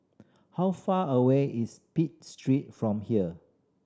how far away is Pitt Street from here